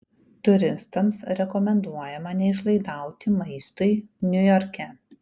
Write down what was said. turistams rekomenduojama neišlaidauti maistui niujorke